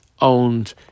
owned